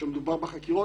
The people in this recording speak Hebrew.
כשמדובר בחקירות,